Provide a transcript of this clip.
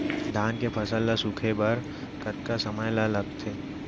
धान के फसल ल सूखे बर कतका समय ल लगथे?